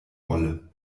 wolle